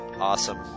awesome